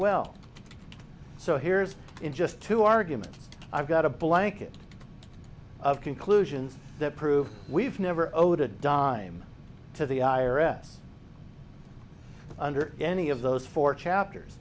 well so here's in just to argument i've got a blanket of conclusions that prove we've never owed a dime to the i r s under any of those four chapters